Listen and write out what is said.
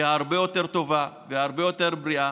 הרבה יותר טובה והרבה יותר בריאה